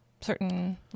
certain